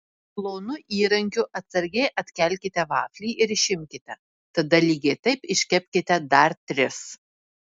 plonu įrankiu atsargiai atkelkite vaflį ir išimkite tada lygiai taip iškepkite dar tris